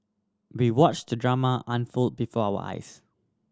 we watched the drama unfold before our eyes